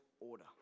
order